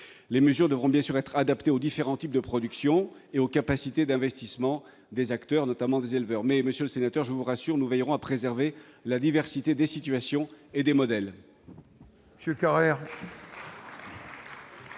Les mesures devront bien sûr être adaptées aux différents types de production et aux capacités d'investissement des acteurs, notamment des éleveurs. En tout état de cause, monsieur le sénateur, nous veillerons à préserver la diversité des situations et des modèles.